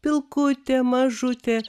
pilkutė mažutė